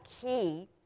key